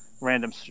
random